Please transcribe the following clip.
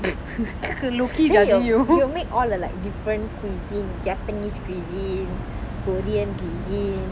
you make all the like different cuisine japanese cuisine korean cuisine